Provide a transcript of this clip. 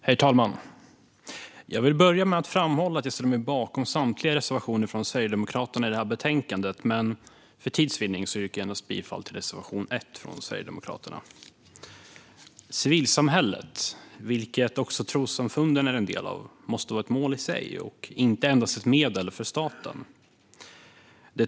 Herr talman! Jag vill börja med att framhålla att jag ställer mig bakom samtliga reservationer från Sverigedemokraterna i det här betänkandet, men för tids vinnande yrkar jag bifall endast till Sverigedemokraternas reservation 1. Civilsamhället, vilket också trossamfunden är en del av, måste vara ett mål i sig och inte endast ett medel för staten.